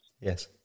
Yes